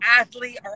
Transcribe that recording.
athlete